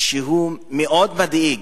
שהוא מאוד מדאיג.